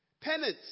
Penance